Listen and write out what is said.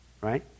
right